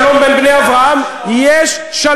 כאשר הוא אומר: שלום בין בני אברהם, יש שלום.